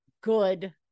good